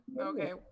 Okay